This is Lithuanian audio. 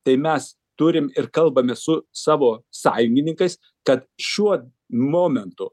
tai mes turim ir kalbamės su savo sąjungininkais kad šiuo momentu